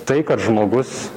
tai kad žmogus